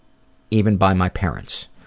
even by my parents.